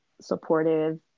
supportive